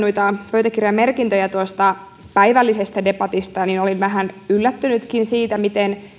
pöytäkirjamerkintöjä tuosta päivällisestä debatista niin olin vähän yllättynytkin siitä miten